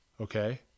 okay